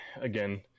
Again